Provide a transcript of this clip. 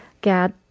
get